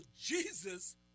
Jesus